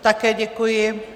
Také děkuji.